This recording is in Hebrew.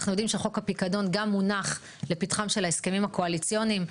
אנחנו יודעים שחוק הפקדון גם מונח לפתחם של ההסכמים הקואליציוניים,